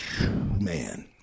Man